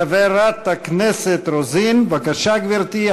חברת הכנסת רוזין, בבקשה, גברתי.